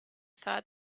thought